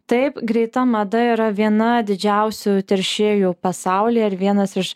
taip greita mada yra viena didžiausių teršėjų pasaulyje ir vienas iš